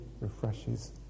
refreshes